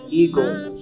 eagles